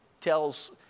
tells